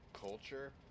culture